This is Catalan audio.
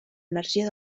energia